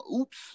oops